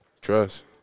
Trust